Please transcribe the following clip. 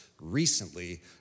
recently